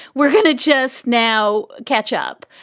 we're going to just now catch up.